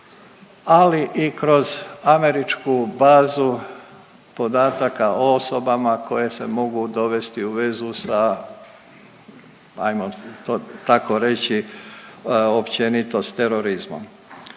ali i kroz američku bazu podataka o osobama koje se mogu dovesti u vezu sa, ajmo to tako reći, općenito s terorizmom.